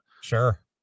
Sure